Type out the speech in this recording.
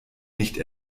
nicht